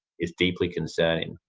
is deeply concerning.